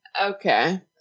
Okay